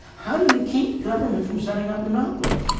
how do you keep government from setting up monopolies?